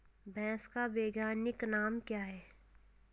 भैंस का वैज्ञानिक नाम क्या है?